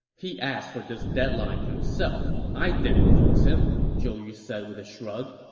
he asked for this deadline himself i didn't force him, zhou yu said with a shrug.